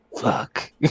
fuck